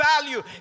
value